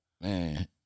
man